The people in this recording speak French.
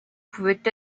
pouvait